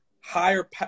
higher